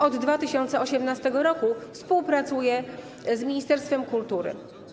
Od 2018 r. współpracuje z ministerstwem kultury.